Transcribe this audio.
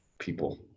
people